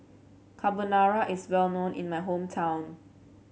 Carbonara is well known in my hometown